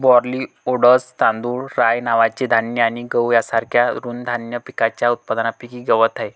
barley, oats, तांदूळ, rye नावाचे धान्य आणि गहू यांसारख्या तृणधान्य पिकांच्या उत्पादनापैकी गवत आहे